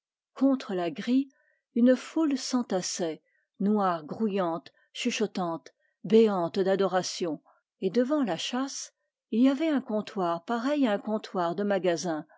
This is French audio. contre la grille une foule s'entassait noire chuchotante béante d'adoration et devant la châsse il y avait un comptoir pareil à un comptoir de magasin